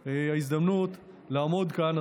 כבר ההזדמנות לעמוד כאן,